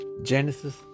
Genesis